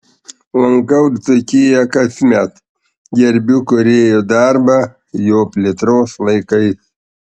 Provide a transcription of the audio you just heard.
lankau dzūkiją kasmet gerbiu kūrėjo darbą jo plėtros laikais